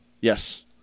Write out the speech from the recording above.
Yes